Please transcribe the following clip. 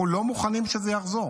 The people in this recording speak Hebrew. אנחנו לא מוכנים שזה יחזור.